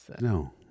No